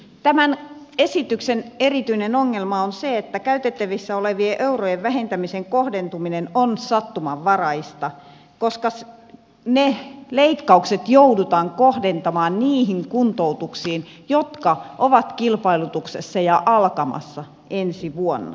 tämän esityksen erityinen ongelma on se että käytettävissä olevien eurojen vähentämisen kohdentuminen on sattumanvaraista koska ne leikkaukset joudutaan kohdentamaan niihin kuntoutuksiin jotka ovat kilpailutuksessa ja alkamassa ensi vuonna